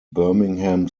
birmingham